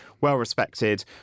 well-respected